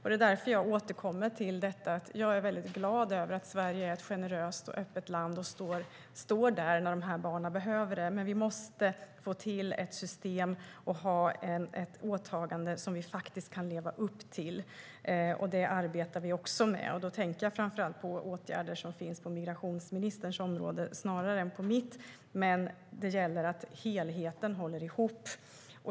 Det är därför jag återkommer till detta att jag är väldigt glad över att Sverige är ett generöst och öppet land som finns där när de här barnen behöver det. Men vi måste ha ett åtagande som vi faktiskt kan leva upp till. Det arbetar vi också med. Då tänker jag framför allt på åtgärder som finns på migrationsministerns område snarare än på mitt, men det gäller att helheten håller ihop.